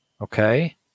Okay